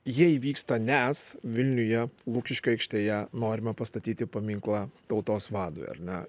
jie įvyksta nes vilniuje lukiškių aikštėje norima pastatyti paminklą tautos vadui ar ne